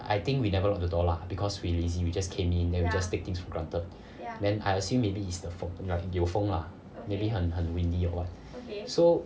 I think we never lock the door lah because we lazy we just came in then we just take things for granted then I assume maybe is the 风 like 有风啦 maybe 很很 windy 咯 so